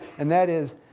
and that is,